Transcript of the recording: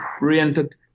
oriented